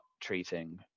treating